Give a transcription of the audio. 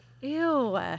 Ew